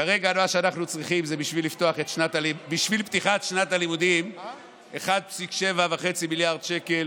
כרגע מה שאנחנו צריכים בשביל פתיחת שנת הלימודים זה 1.75 מיליארד שקלים